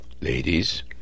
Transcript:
ladies